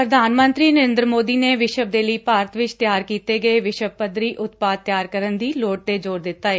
ਪੁਧਾਨ ਮੰਤਰੀ ਨਰੇਂਦਰ ਮੋਦੀ ਨੇ ਵਿਸ਼ਵ ਦੇ ਲਈ ਭਾਰਤ ਵਿਚ ਤਿਆਰ ਕੀਤੇ ਗਏ ਵਿਸ਼ਵ ਪੱਧਰੀ ਉਤਪਾਦ ਤਿਆਰ ਕਰਨ ਦੀ ਲੋਤ ਤੇ ਜ਼ੋਰ ਦਿੱਤਾ ਏ